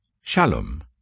Shalom